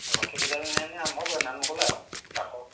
অঁ লক্ষী পূজালৈ নিয়ে নি আৰম্ভ কৰে নাম মোকলাই আৰু কাষৰ